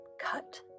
cut